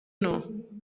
know